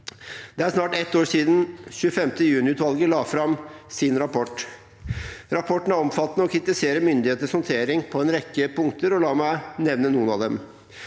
Det er snart ett år siden 25. juni-utvalget la fram sin rapport. Rapporten er omfattende og kritiserer myndighetenes håndtering på en rekke punkter. La meg nevne noen av dem: